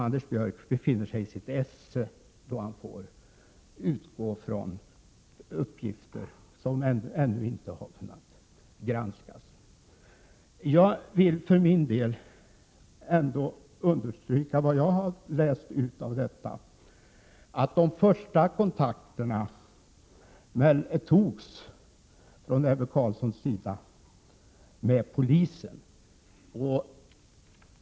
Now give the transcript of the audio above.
Anders Björck verkar befinna sig i sitt esse då han kan utgå från uppgifter som ännu inte har kunnat granskas. För min del vill jag understryka vad jag har läst ut av detta, nämligen att de första kontakterna från Ebbe Carlssons sida togs med polisen.